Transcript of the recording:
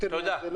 תודה.